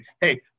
Hey